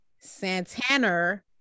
Santana